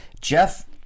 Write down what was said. Jeff